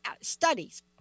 studies